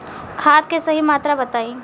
खाद के सही मात्रा बताई?